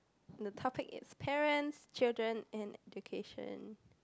the topic is parents children and education